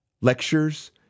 lectures